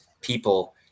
people